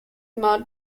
more